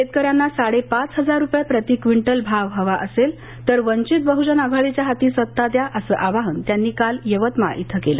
शेतकऱ्यांना साडेपाच हजार रुपये रुपये प्रति क्विंटल भाव हवा असेल तर वंचित बहुजन आघाडीच्या हाती सत्ता द्या असं आवाहन त्यांनी काल यवतमाळ इथे केलं